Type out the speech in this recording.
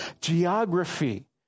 geography